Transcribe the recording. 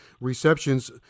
receptions